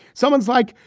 someone's like,